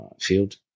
field